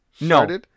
no